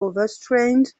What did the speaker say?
overstrained